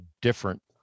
different